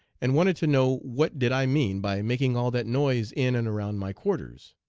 and wanted to know what did i mean by making all that noise in and around my quarters.